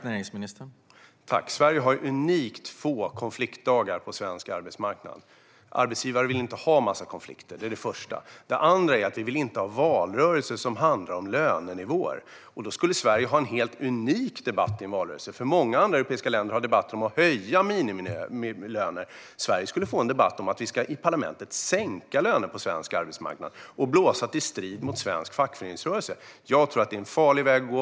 Herr talman! Sverige har unikt få konfliktdagar på arbetsmarknaden. Arbetsgivare vill inte ha en massa konflikter - det är den första delen Den andra delen är att vi inte vill ha valrörelser som handlar om lönenivåer. Sverige skulle då ha en helt unik debatt i en valrörelse, för många andra europeiska länder har debatter om att höja minimilönerna. Sverige skulle få en debatt om att vi i parlamentet skulle sänka lönerna på svensk arbetsmarknad och blåsa till strid mot svensk fackföreningsrörelse. Jag tror att detta vore en farlig väg att gå.